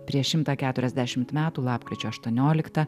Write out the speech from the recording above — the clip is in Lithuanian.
prieš šimtą keturiasdešimt metų lapkričio aštuonioliktą